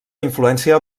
influència